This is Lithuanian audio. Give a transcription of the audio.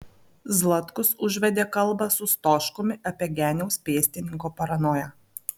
zlatkus užvedė kalbą su stoškumi apie geniaus pėstininko paranoją